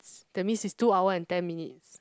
that means is two hours and ten minutes